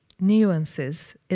nuances